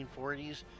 1940s